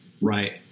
right